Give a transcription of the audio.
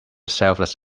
selfless